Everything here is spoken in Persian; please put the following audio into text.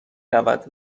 رود